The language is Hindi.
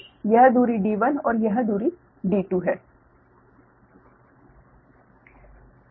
यह दूरी D1 और यह दूरी D2 है